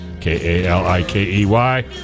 k-a-l-i-k-e-y